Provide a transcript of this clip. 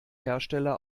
hersteller